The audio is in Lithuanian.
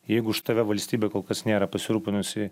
jeigu už tave valstybė kol kas nėra pasirūpinusi